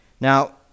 Now